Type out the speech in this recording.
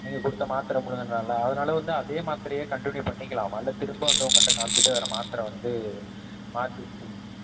நீங்கள் கொடுத்த மாத்திர முழுங்குனதுனால அதனால் வந்து அதே மத்திரையே கன்ட்டின்யூவ் பண்ணிக்கலாமா இல்லை திரும்ப வந்து உங்கள்கிட்ட காமிச்சிட்டு வேறு மாத்திர வந்து மாற்றி எடுத்துக்கணுமா